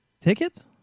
Tickets